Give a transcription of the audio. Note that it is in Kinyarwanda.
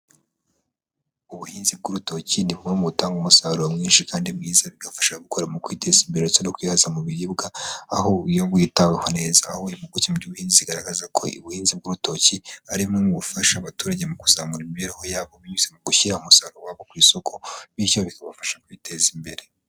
ubuhinzi bw'urutoki ni bumwe mu butanga umusaruro mwinshi kandi mwiza. Bigafasha gukora mu kwiteza imbere ndetse no kwihaza mu biribwa, aho iyo bwitaweho neza. Aho impuguke mu by'ubuhinzi zigaragaza ko ubuhinzi bw'urutoki ari bimwe mu bifasha abaturage mu kuzamura imibereho yabo, binyuze mu gushyira umusaruro wabo ku isoko. Bityo bikabafasha kwiteza imbere.